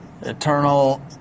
eternal